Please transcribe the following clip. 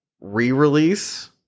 re-release